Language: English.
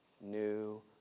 new